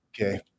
Okay